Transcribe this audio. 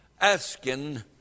asking